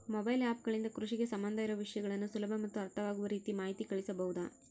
Mobile app ಗಳಿಂದ ಕೃಷಿಗೆ ಸಂಬಂಧ ಇರೊ ವಿಷಯಗಳನ್ನು ಸುಲಭ ಮತ್ತು ಅರ್ಥವಾಗುವ ರೇತಿ ಮಾಹಿತಿ ಕಳಿಸಬಹುದಾ?